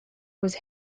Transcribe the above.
was